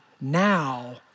now